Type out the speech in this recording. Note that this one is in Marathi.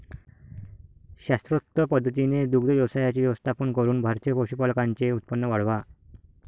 शास्त्रोक्त पद्धतीने दुग्ध व्यवसायाचे व्यवस्थापन करून भारतीय पशुपालकांचे उत्पन्न वाढवा